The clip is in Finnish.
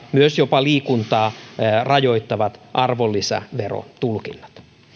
myös jopa liikuntaa rajoittavat arvonlisäverotulkinnat